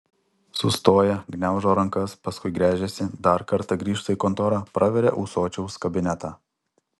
sustoja gniaužo rankas paskui gręžiasi dar kartą grįžta į kontorą praveria ūsočiaus kabinetą